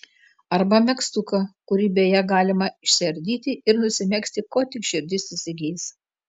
arba megztuką kurį beje galima išsiardyti ir nusimegzti ko tik širdis įsigeis